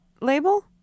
label